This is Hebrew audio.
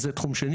אז זה תחום שני.